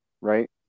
right